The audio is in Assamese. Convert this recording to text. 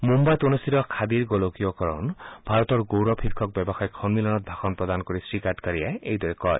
মুম্বাইত অনুষ্ঠিত খাদীৰ গোলকীয়কৰণ ভাৰতৰ গৌৰৱ শীৰ্ষক ব্যৱসায়িক সন্মিলনত ভাষণ প্ৰদান কৰি শ্ৰীগাডকাৰীয়ে এইদৰে কয়